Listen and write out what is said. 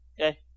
Okay